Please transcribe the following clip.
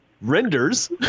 renders